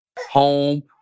Home